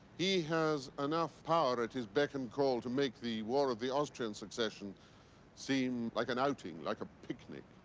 he has enough power at his beck and call to make the war of the austrian succession seem like an outing, like a picnic.